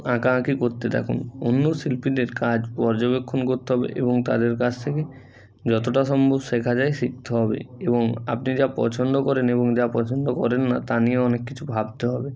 আঁকা আঁকি কোত্তে থাকুন অন্য শিল্পীদের কাজ পর্যবেক্ষণ কোত্তে হবে এবং তাদের কাছ থেকে যতটা সম্ভব শেখা যায় শিখতে হবে এবং আপনি যা পছন্দ করেন এবং যা পছন্দ করেন না তা নিয়ে অনেক কিছু ভাবতে হবে